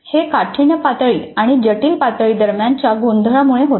हे काठिण्य पातळी आणि जटिल पातळी दरम्यानच्या गोंधळामुळे होते